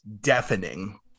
deafening